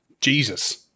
Jesus